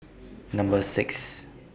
Number six